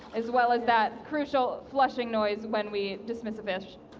as well as that crucial flushing noise when we dismiss a fish.